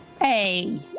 Hey